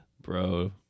bro